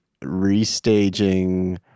restaging